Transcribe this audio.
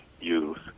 youth